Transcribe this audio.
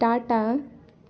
Tata